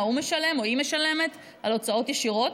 הוא משלם או היא משלמת על הוצאות ישירות?